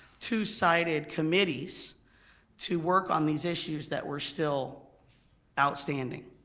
two sided committees to work on these issues that were still outstanding.